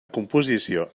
composició